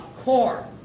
core